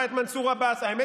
לסמוך.